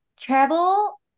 travel